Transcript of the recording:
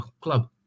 club